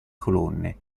colonne